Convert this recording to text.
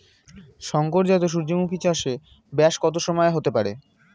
শংকর জাত সূর্যমুখী চাসে ব্যাস কত সময় হতে পারে?